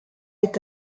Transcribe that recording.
est